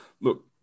Look